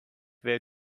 where